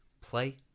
play